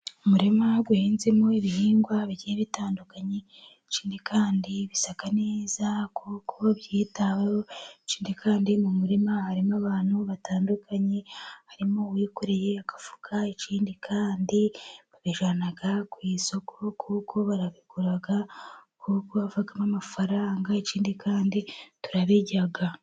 Umurima uhinzemo ibihingwa bigiye bitandukanye. Ikindi kandi bisa neza kuko byitaweho. Ikindi kandi mu murima harimo abantu batandukanye. Harimo uwikoreye agafuka. Ikindi kandi babijyana ku isoko kuko barabigura kuko havamo amafaranga. Ikindi kandi turabirya.